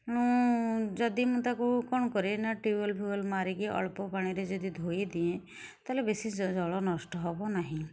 ତେଣୁ ଯଦି ମୁଁ ତାକୁ କଣ କରେ ନା ଟିୟୁଲଫିଉଏଲ ମାରିକି ଅଳ୍ପ ପାଣିରେ ଯଦି ଧୋଇଦିଏ ତାହେଲେ ବେଶୀ ଜଳ ନଷ୍ଟ ହେବ ନାହିଁ